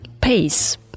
Pace